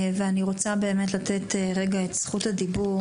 ואני רוצה באמת לתת רגע את זכות הדיבור.